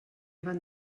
van